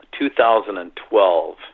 2012